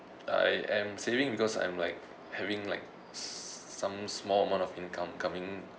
I am saving because I'm like having like some small amount of income coming